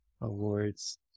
Awards